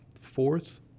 fourth